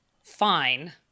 Fine